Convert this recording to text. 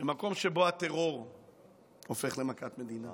שבו הטרור הופך למכת מדינה,